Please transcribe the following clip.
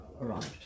arrived